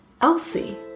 Elsie